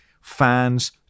fans